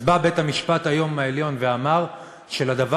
אז בא בית-המשפט העליון היום ואמר שלדבר